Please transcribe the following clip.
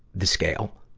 the scale.